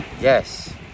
Yes